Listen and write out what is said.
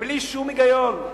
בלי שום היגיון.